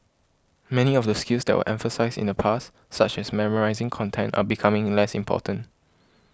many of the skills that were emphasised in the past such as memorising content are becoming less important